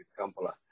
Kampala